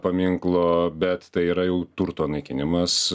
paminklo bet tai yra jau turto naikinimas